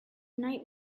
night